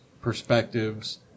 perspectives